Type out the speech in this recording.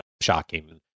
shocking